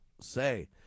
say